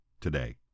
today